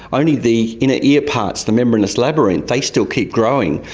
only the inner ear parts, the membranous labyrinth, they still keep growing.